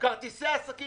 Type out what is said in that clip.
העסקים